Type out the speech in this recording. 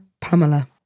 Pamela